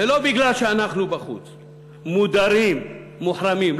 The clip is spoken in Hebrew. ולא משום שאנחנו בחוץ, מודרים, מוחרמים.